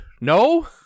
no